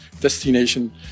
destination